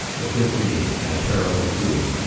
the fifth. brigade had a terrible gruelling,